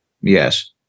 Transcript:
Yes